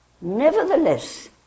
Nevertheless